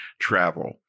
travel